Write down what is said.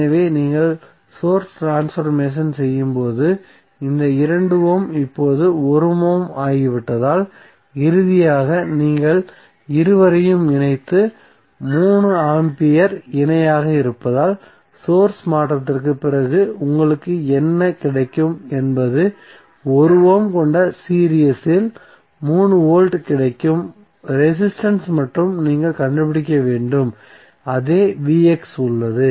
எனவே நீங்கள் source transformation செய்யும்போது இந்த 2 ஓம் இப்போது 1 ஓம் ஆகிவிட்டதால் இறுதியாக நீங்கள் இருவரையும் இணைத்து 3 ஆம்பியர் இணையாக இருப்பதால் சோர்ஸ் மாற்றத்திற்குப் பிறகு உங்களுக்கு என்ன கிடைக்கும் என்பது 1 ஓம் கொண்ட சீரிஸ் இ ல் 3 வோல்ட் கிடைக்கும் ரெசிஸ்டன்ஸ் மற்றும் நீங்கள் கண்டுபிடிக்க வேண்டும் அதே vx உள்ளது